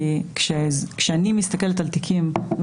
כי כשאני מסתכלת על תיקים,